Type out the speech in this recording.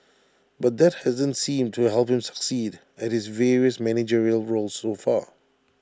but that hasn't seemed to help him succeed at his various managerial roles so far